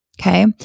Okay